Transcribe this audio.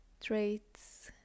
traits